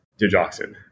digoxin